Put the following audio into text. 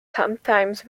sometimes